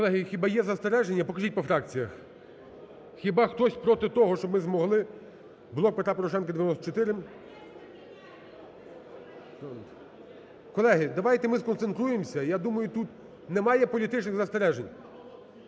Колеги, хіба є застереження? Покажіть по фракціях. Хіба хтось проти того, щоб ми змогли? "Блок Петра Порошенка" – 94… Колеги, давайте ми сконцентруємося. Я думаю, тут немає політичних застережень.